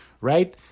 right